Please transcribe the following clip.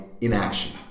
inaction